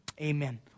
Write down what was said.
Amen